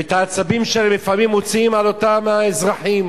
ואת העצבים שלהם הם מוציאים לפעמים על אותם אזרחים.